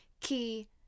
key